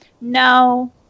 No